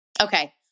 Okay